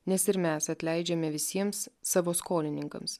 nes ir mes atleidžiame visiems savo skolininkams